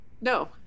No